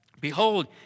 Behold